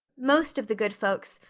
most of the good folks,